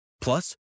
Plus